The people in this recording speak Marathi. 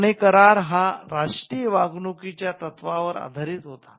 बर्ने करारा हा राष्ट्रीय वागणुकीच्या तत्त्वावर आधारित होता